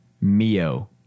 Mio